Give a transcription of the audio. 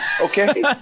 Okay